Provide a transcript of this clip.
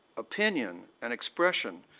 opinion, and expression,